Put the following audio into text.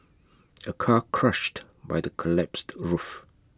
A car crushed by the collapsed roof